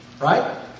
Right